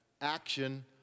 action